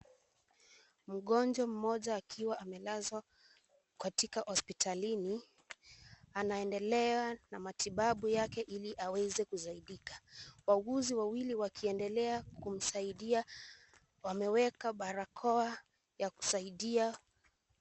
Mgonjwa mmoja, akiwa amelazwa katika, hospitalini, anaendelea, na matibabu yake, ili aweze kuzaidika, wauguzi wawili wakiendelea kumsaidia, wameweka barakoa ya kusaidia.